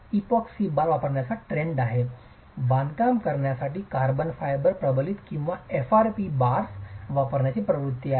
epoxy bar वापरण्याचा trend आहे बांधकाम करण्यासाठी कार्बन फायबर प्रबलित किंवा FRP बार वापरण्याची प्रवृत्ती आहे